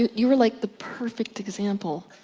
you are like the perfect example.